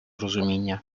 розуміння